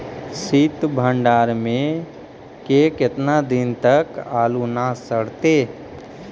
सित भंडार में के केतना दिन तक आलू न सड़तै?